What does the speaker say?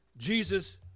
Jesus